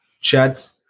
chat